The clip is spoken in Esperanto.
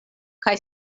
kaj